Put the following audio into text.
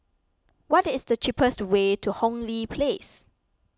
what is the cheapest way to Hong Lee Place